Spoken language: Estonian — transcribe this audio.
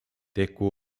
tegu